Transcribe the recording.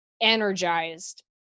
energized